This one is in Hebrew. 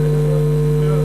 תודה.